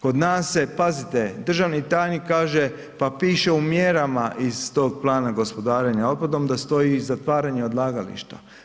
Kod nas se, pazite, državni tajnik kaže pa piše u mjerama iz tog plana gospodarenja otpadom da stoji i zatvaranje odlagališta.